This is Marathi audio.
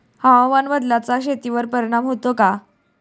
हवामान बदलाचा शेतीवर परिणाम होतो का?